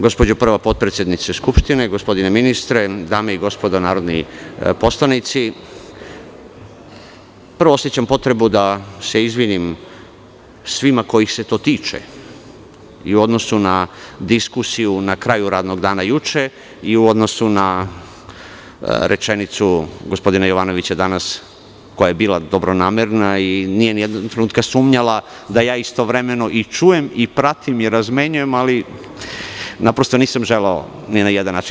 Gospođo prva potpredsednice Skupštine, gospodine ministre, dame i gospodo narodni poslanici, prvo osećam potrebu da se izvinim svima kojih se to tiče u odnosu na diskusiju na kraju radnog dana juče i u odnosu na rečenicu gospodina Jovanovića danas koja je bila dobronamerna i nije nijednog trenutka sumnjala da istovremeno i čujem i pratim i razmenjujem, ali naprosto nisam želeo ni na jedan način.